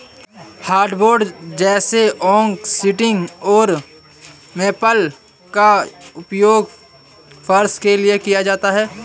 hardwood जैसे oak सन्टी और मेपल का उपयोग फर्श के लिए किया जाता है